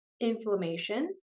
inflammation